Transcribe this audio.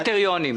קריטריונים.